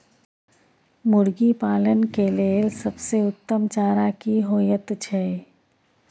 मुर्गी पालन के लेल सबसे उत्तम चारा की होयत छै?